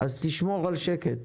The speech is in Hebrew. אז תשמור על שקט.